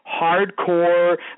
hardcore